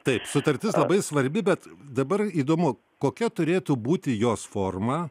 taip sutartis labai svarbi bet dabar įdomu kokia turėtų būti jos forma